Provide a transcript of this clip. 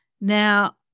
Now